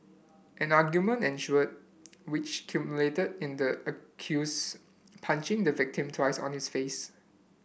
an argument ensued which culminated in the accuse punching the victim twice on his face